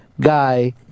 guy